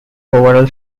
overall